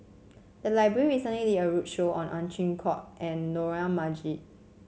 the library recently did a roadshow on Ow Chin Hock and Dollah Majid